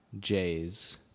J's